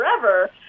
forever